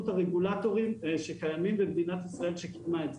הרגולטורים שקיימים במדינת ישראל שיצרה את זה.